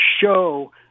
show